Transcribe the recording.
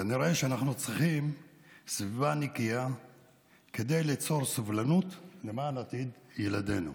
כנראה שאנחנו צריכים סביבה נקייה כדי ליצור סובלנות למען עתיד ילדינו.